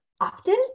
often